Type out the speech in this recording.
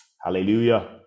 Hallelujah